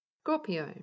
Scorpio